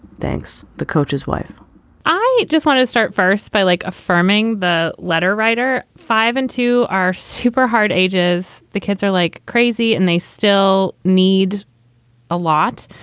thanks. the coach's wife i just want to start first by like affirming the letter writer five and two are super hard ages the kids are like crazy and they still need a lot.